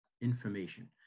information